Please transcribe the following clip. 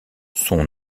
son